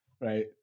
Right